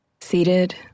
seated